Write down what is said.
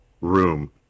room